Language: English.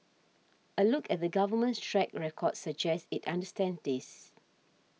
a look at the Government's track record suggests it understands this